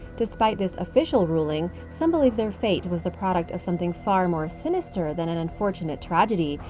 despite this official ruling, some believe their fate was the product of something far more sinister than an unfortunate tragedy,